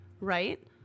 Right